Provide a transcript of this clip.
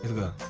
the